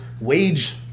wage